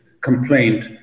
complaint